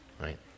right